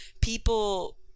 people